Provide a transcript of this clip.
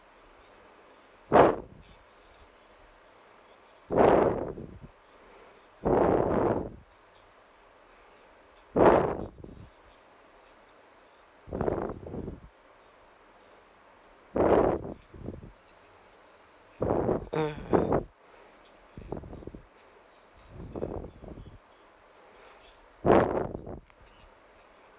mm